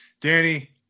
Danny